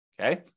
Okay